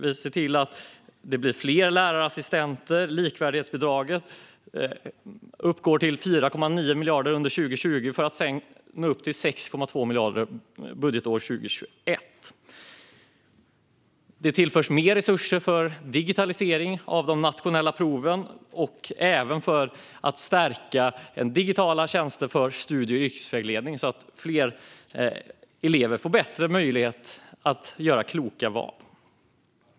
Vi ser till att det blir fler lärarassistenter. Likvärdighetsbidraget uppgår till 4,9 miljarder under 2020 för att sedan nå upp till 6,2 miljarder budgetåret 2021. Det tillförs mer resurser för digitalisering av de nationella proven och även för att stärka digitala tjänster för studie och yrkesvägledning, så att fler elever får bättre möjlighet att göra kloka val.